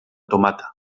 tomata